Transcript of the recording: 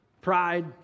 pride